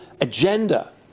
agenda